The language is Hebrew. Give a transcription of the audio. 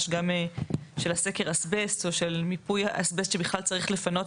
של סקר האסבסט או של מיפוי האסבסט שבכלל צריך לפנות,